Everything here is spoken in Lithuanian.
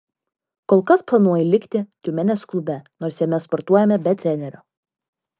kol kas planuoju likti tiumenės klube nors jame sportuojame be trenerio